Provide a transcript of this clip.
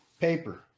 paper